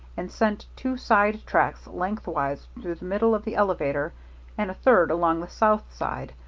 and sent two side tracks lengthwise through the middle of the elevator and a third along the south side,